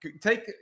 Take